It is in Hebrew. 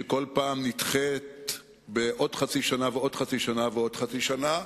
שכל פעם נדחית בחצי שנה ועוד חצי שנה ועוד חצי שנה.